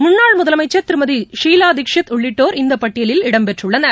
முன்னாள் முதலமைச்சர் திருமதி ஷீலா தீட்ஷித் உள்ளிட்டோர் இந்த பட்டியலில் இடம்பெற்றுள்ளனர்